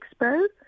Expo